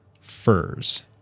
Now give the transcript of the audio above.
furs